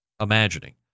imagining